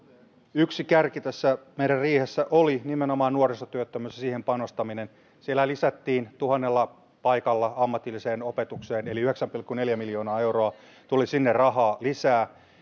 yksi kärki tässä meidän riihessä oli nimenomaan nuorisotyöttömyys ja siihen panostaminen siellä lisättiin tuhannella paikalla ammatilliseen opetukseen eli yhdeksän pilkku neljä miljoonaa euroa tuli sinne rahaa lisää